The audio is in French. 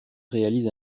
réalise